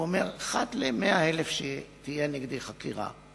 הוא אומר: אחת ל-100,000 שתהיה נגדי חקירה,